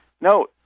No